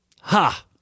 Ha